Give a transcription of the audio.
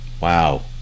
Wow